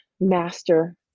master